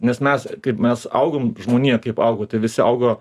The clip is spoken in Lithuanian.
nes mes kaip mes augom žmonija kaip augo tai visi augo